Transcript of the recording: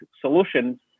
solutions